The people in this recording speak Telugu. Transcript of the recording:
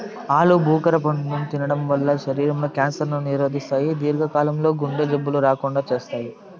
ఆలు భుఖర పండును తినడం వల్ల శరీరం లో క్యాన్సర్ ను నిరోధిస్తాయి, దీర్ఘ కాలం లో గుండె జబ్బులు రాకుండా చేత్తాయి